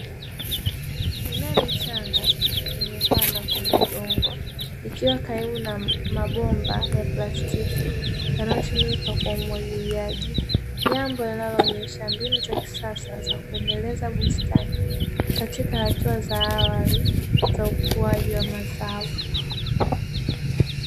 Mimea mchanga imepanda kwenye udongo ikiwa karibu na mabomba ya plastiki, yanayotumika kwa umwagiliaji jambo linaonyesha mbinu za kisasa za kuendeleza bustani katika hatua za awali za ukuaji wa mazao.